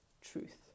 truth